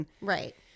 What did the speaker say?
Right